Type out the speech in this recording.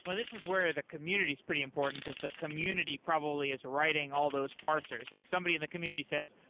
but this is where the community is pretty important, because the community probably is writing all those parsers. like somebody in the community says,